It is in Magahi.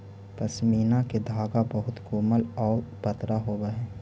पशमीना के धागा बहुत कोमल आउ पतरा होवऽ हइ